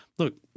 look